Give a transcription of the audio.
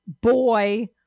boy